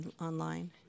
online